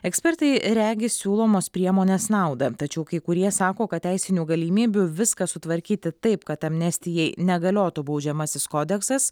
ekspertai regi siūlomos priemonės nauda tačiau kai kurie sako kad teisinių galimybių viską sutvarkyti taip kad amnestijai negaliotų baudžiamasis kodeksas